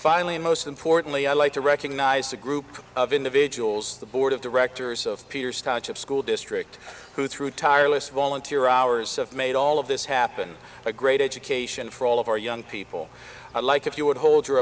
finally and most importantly i'd like to recognize a group of individuals the board of directors of peter stacia school district who through tireless volunteer hours have made all of this happen a great education for all of our young people i like if you would hold your